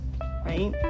right